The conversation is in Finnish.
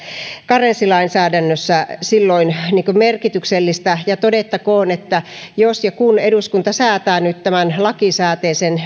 karenssilainsäädännössä silloin merkityksellistä todettakoon että jos ja kun eduskunta säätää nyt tämän lakisääteisen